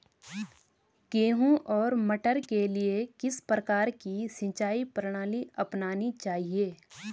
गेहूँ और मटर के लिए किस प्रकार की सिंचाई प्रणाली अपनानी चाहिये?